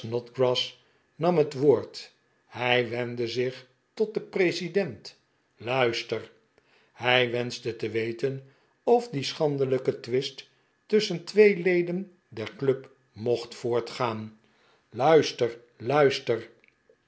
snodgrass nam het woord hij wendde zich tot den president luister hij wenschte te weten of die schandelijke twist tusschen twee leden der club mocht voortgaan luister luister